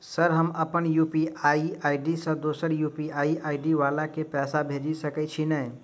Sir हम अप्पन UPI ID सँ दोसर यु.पी.आई आई.डी वला केँ पैसा भेजि सकै छी नै?